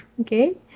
Okay